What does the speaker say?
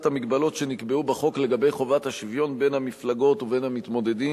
המגבלות שנקבעו בחוק לגבי חובת השוויון בין המפלגות ובין המתמודדים,